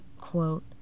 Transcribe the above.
quote